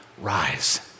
rise